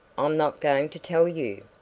i'm not going to tell you.